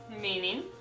Meaning